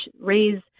raise